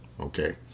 Okay